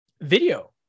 video